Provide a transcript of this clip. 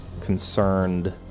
concerned